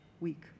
week